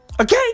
Okay